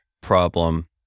problem